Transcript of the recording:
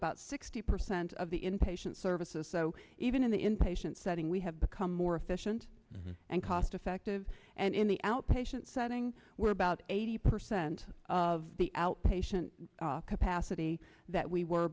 about sixty percent of the inpatient services so even in the inpatient setting we have become more efficient and cost effective and in the outpatient setting where about eighty percent of the outpatient capacity that we were